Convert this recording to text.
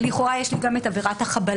לכאורה יש לי גם את עבירת החבלה.